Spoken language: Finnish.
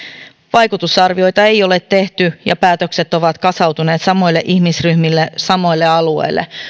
vaikutusarvioita ei ole tehty ja päätökset ovat kasautuneet samoille ihmisryhmille samoille alueille